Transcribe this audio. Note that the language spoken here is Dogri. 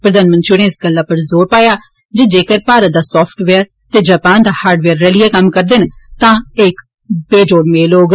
प्रघानमंत्री होरें इस गल्ला पर जोर पाया जे जेकर भारत दा साफ्टवेयर ते जापान दा हाडवेयर रलियै कम्म करदे न तां एह् इक्क बेजोड़ मेल होग